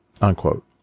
Unquote